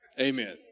Amen